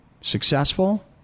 successful